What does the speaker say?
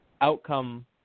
outcome